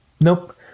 Nope